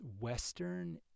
Western